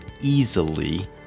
easily